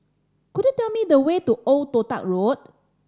could you tell me the way to Old Toh Tuck Road